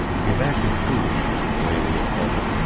we have acted foolishly in the way we have fought them.